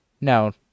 No